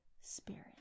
Spirit